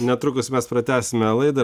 netrukus mes pratęsime laidą